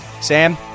Sam